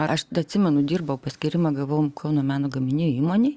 aš atsimenu dirbau paskyrimą gavau kauno meno gaminių įmonėje